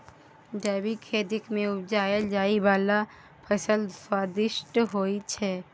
जैबिक खेती मे उपजाएल जाइ बला फसल स्वादिष्ट होइ छै